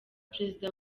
perezida